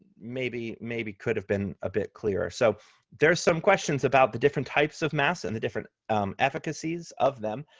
maybe maybe could have been a bit clearer. so there's some questions about the different types of masks and the different efficacies of them.